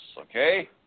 okay